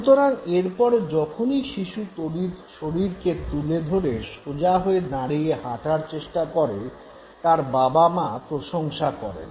সুতরাং এরপরে যখনই শিশু শরীরকে তুলে ধরে সোজা হয়ে দাঁড়িয়ে হাঁটার চেষ্টা করে তার বাবা মা প্রশংসা করেন